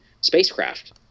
spacecraft